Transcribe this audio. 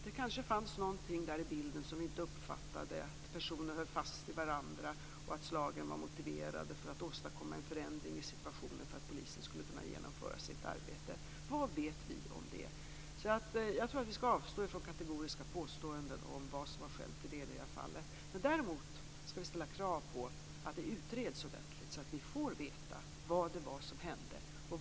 Det kanske fanns någonting i bilden som vi inte uppfattade, att personer höll sig fast i varandra och att slagen var motiverade för att åstadkomma en förändring i situationen för att polisen skulle kunna genomföra sitt arbete. Vad vet vi om det? Jag tror att vi skall avstå från kategoriska påståenden om vad som har skett i det ena eller andra fallet. Däremot skall vi ställa krav på ordentliga utredningar så att vi får veta vad som hände.